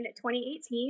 2018